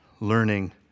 learning